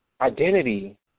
identity